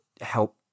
help